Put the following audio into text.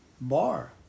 bar